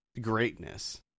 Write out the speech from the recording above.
greatness